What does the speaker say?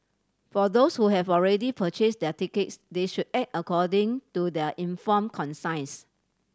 for those who have already purchased their tickets they should act according to their informed conscience